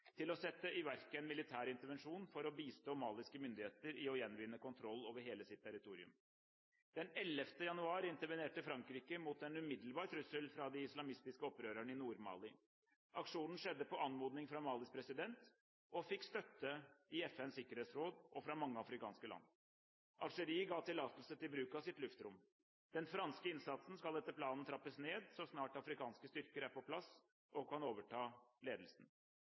til å sette i verk en militær intervensjon for å bistå maliske myndigheter i å gjenvinne kontroll over hele sitt territorium. Den 11. januar intervenerte Frankrike mot en umiddelbar trussel fra de islamistiske opprørerne i Nord-Mali. Aksjonen skjedde på anmodning fra Malis president og fikk støtte i FNs sikkerhetsråd og fra mange afrikanske land. Algerie ga tillatelse til bruk av sitt luftrom. Den franske innsatsen skal etter planen trappes ned så snart afrikanske styrker er på plass og kan overta ledelsen.